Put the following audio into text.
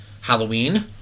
halloween